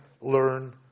learn